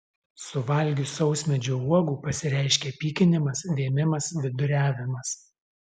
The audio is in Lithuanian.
suvalgius sausmedžio uogų pasireiškia pykinimas vėmimas viduriavimas